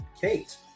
Kate